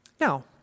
Now